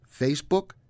Facebook